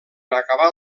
acabar